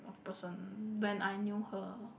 of person when I knew her